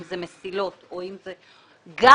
אם אלה קרונות או אם אלה מסילות גם